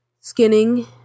skinning